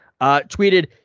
Tweeted